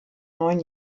neun